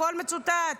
הכול מצוטט,